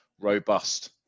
robust